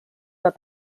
were